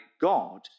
God